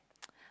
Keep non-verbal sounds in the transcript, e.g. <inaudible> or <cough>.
<noise>